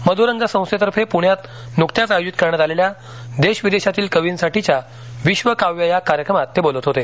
मधुरंग संस्थेतर्फे पुण्यात नुकतच आयोजित करण्यात आलेल्या देश विदेशातील कवींसाठीच्या विश्व काव्य याग कार्यक्रमात ते बोलत होते